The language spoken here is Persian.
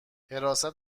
حراست